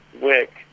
Wick